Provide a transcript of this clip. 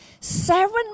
Seven